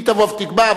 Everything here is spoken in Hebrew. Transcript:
היא תבוא ותקבע.